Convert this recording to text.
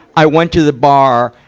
i went to the bar,